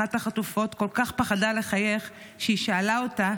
אחת החטופות כל כך פחדה לחייה שהיא שאלה אותה